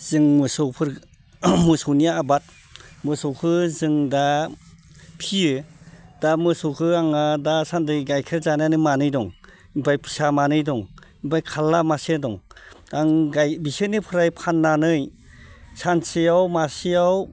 जों मोसौफोर मोसौनि आबाद मोसौखो जों दा फियो दा मोसौखौ आंहा दासान्दि गायखेर जानायानो मानै दं ओमफ्राय फिसा मानै दं ओमफाय खारल्ला मासे दं आं बिसोरनिफ्राय फाननानै सानसेयाव मासेयाव